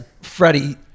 Freddie